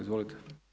Izvolite.